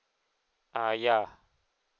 uh ya